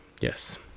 Yes